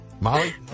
Molly